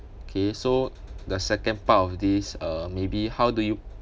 okay so the second part of this uh maybe how do you